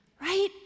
right